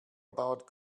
about